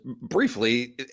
briefly